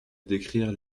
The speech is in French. décrire